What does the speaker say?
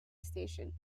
station